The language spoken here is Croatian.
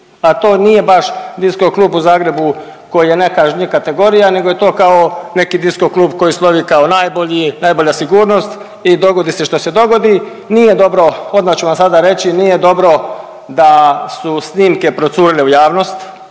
a to nije baš disco klub u Zagrebu koji je najkažnjivija kategorija nego je to kao neki disco klub koji slovi kao najbolji, najbolja sigurnost i dogodi se šta se dogodi. Nije dobro, odma ću vam sada reći, nije dobro da su snimke procurile u javnost,